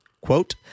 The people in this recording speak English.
Quote